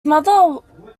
mother